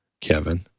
Kevin